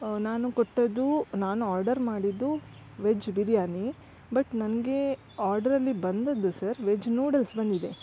ನಾನು ಕೊಟ್ಟದ್ದು ನಾನು ಆರ್ಡರ್ ಮಾಡಿದ್ದು ವೆಜ್ ಬಿರ್ಯಾನಿ ಬಟ್ ನನಗೆ ಆರ್ಡರಲ್ಲಿ ಬಂದದ್ದು ಸರ್ ವೆಜ್ ನೂಡಲ್ಸ್ ಬಂದಿದೆ